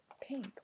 Pink